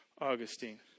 Augustine